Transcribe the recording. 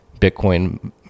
Bitcoin